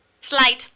Slide